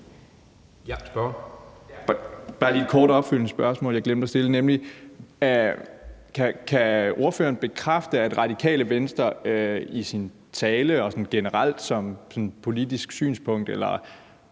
Jeg har bare lige et kort opfølgende spørgsmål, som jeg glemte at stille. Kan ordføreren bekræfte, at Radikale Venstre i sin tale og sådan generelt som politisk synspunkt eller